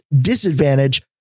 disadvantage